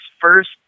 first